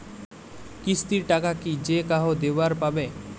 কিস্তির টাকা কি যেকাহো দিবার পাবে?